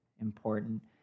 important